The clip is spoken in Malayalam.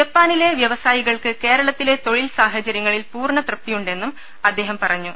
ജപ്പാനിലെ വ്യവസായികൾക്ക് കേരളത്തിലെ തൊഴിൽ സാഹചര്യങ്ങളിൽ പൂർണ്ണ തൃപ്തിയുണ്ടെന്നും അദ്ദേഹം പറഞ്ഞു